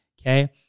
Okay